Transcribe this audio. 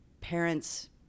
parents –